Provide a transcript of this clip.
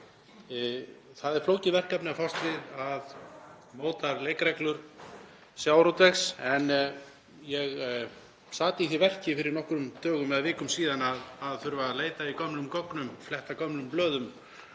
Það er flókið verkefni að fást við mótaðar leikreglur sjávarútvegs en ég sat í því verki fyrir nokkrum vikum síðan að þurfa að leita í gömlum gögnum, fletta gömlum blöðum